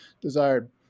desired